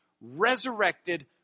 Resurrected